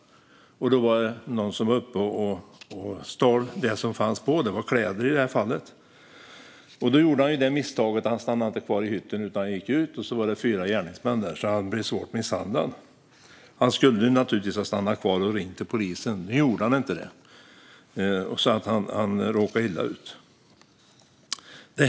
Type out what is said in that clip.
Det var någon som stal lasten, i detta fall kläder. Föraren gjorde misstaget att gå ut och möttes då av fyra gärningsmän och blev svårt misshandlad. Han borde givetvis ha stannat kvar i hytten och ringt polisen men gjorde inte det och råkade illa ut.